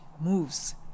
moves